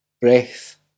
Breath